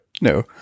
no